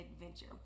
adventure